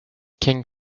king